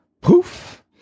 poof